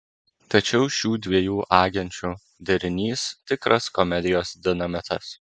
tačiau šių dviejų agenčių derinys tikras komedijos dinamitas